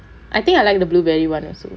I think I like the blueberry [one] also